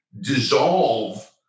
dissolve